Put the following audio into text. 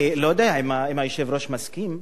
אני לא יודע אם היושב-ראש מסכים,